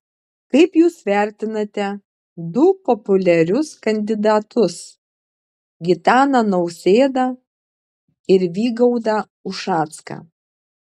kaip jūs vertinate du populiarius kandidatus gitaną nausėdą ir vygaudą ušacką